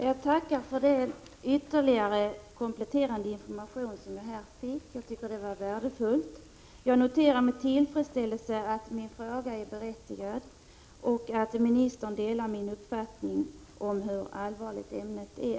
Herr talman! Jag tackar för den kompletterande information som jag fick och som jag tycker var värdefull. Jag noterar med tillfredsställelse att min fråga är berättigad och att statsrådet delar min uppfattning om hur allvarligt ämnet är.